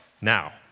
now